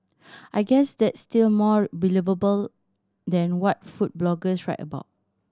I guess that's still more believable than what food bloggers write about